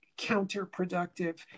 counterproductive